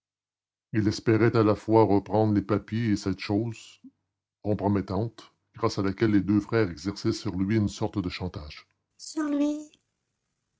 il espérait à la fois reprendre les papiers et cette chose compromettante grâce à laquelle les deux frères exerçaient sur lui une sorte de chantage sur lui